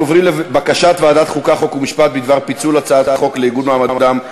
22 בעד, ללא מתנגדים, ללא נמנעים.